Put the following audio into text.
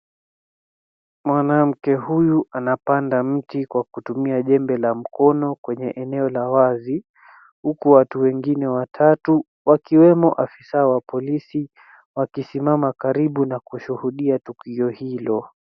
Mwanamke huyu anapanda mti kwa kutumia jembe la mkono kwenye eneo la wazi huku watu wengine watatu wakiwemo afisa wa polisi wakisimama karibu na kushuhudia tukio hilo.